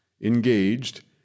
engaged